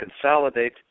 consolidate